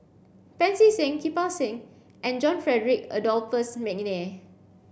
Pancy Seng Kirpal Singh and John Frederick Adolphus McNair